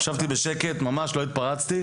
שאין חולק שצריך לעשות רפורמה במערכת המשפט,